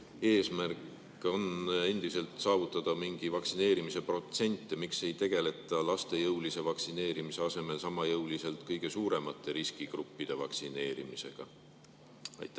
eesmärk on endiselt saavutada mingi vaktsineerimise protsent? Miks ei tegeleta laste jõulise vaktsineerimise asemel sama jõuliselt kõige suuremate riskigruppide vaktsineerimisega? Ma